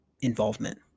involvement